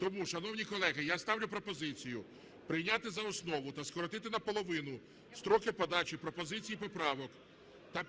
Тому, шановні колеги, я ставлю пропозицію прийняти за основу та скоротити наполовину строки подачі пропозицій і поправок та…